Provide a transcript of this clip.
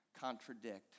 contradict